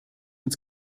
uns